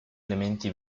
elementi